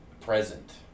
present